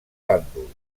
bàndols